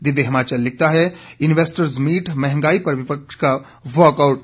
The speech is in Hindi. दिव्य हिमाचल लिखता है इन्वेस्टर्स मीट महंगाई पर विपक्ष का वाकआउट